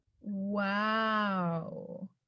Wow